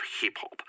hip-hop